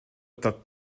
так